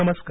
नमस्कार